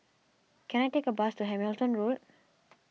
can I take a bus to Hamilton Road